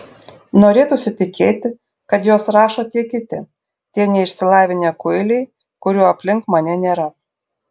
norėtųsi tikėti kad juos rašo tie kiti tie neišsilavinę kuiliai kurių aplink mane nėra